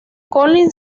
colin